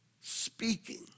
Speaking